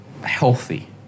healthy